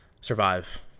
survive